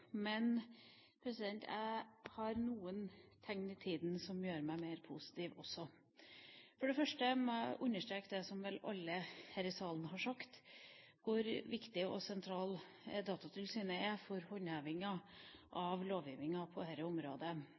Men jeg ser noen tegn i tida som gjør meg mer positiv også. For det første må jeg understreke det som vel alle her i salen har sagt – hvor viktig og sentral Datatilsynet er for håndheving av lovgivningen på dette området.